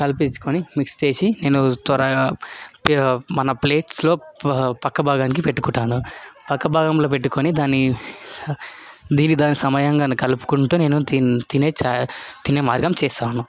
కల్పించుకొని మిక్స్ చేసి నేను త్వరగా మన ప్లేట్స్లో పక్క భాగానికి పెట్టుకుంటాను పక్క భాగంలో పెట్టుకొని దాని దీనికి దానికి సమయంగా నేను కలుపుకుంటూ నేను తినే మార్గం చేస్తాను